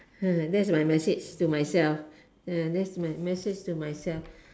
that's my message to myself uh that's my message to myself